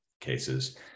cases